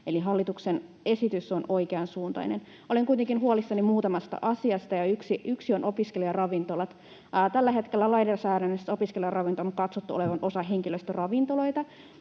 Eli hallituksen esitys on oikeansuuntainen. Olen kuitenkin huolissani muutamasta asiasta, ja yksi on opiskelijaravintolat. Tällä hetkellä lainsäädännössä opiskelijaravintoloiden on katsottu olevan osa henkilöstöravintoloita,